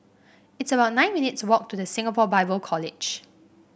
it's about nine minutes' walk to The Singapore Bible College